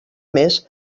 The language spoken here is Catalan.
més